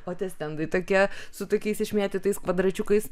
o tie stendai tokie su tokiais išmėtytais kvadračiukais